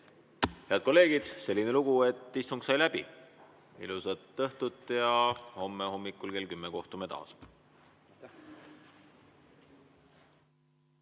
Head kolleegid, selline lugu, et istung sai läbi. Ilusat õhtut ja homme hommikul kell 10 kohtume taas.